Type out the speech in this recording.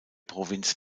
provinz